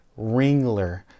Ringler